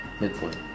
midpoint